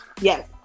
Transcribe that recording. yes